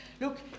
Look